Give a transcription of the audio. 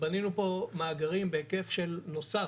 בנינו פה מאגרים בהיקף נוסף,